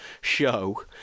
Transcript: show